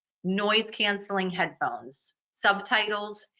noise-canceling headphones, subtitles,